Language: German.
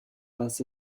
was